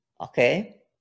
okay